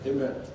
Amen